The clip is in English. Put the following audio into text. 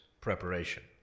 preparation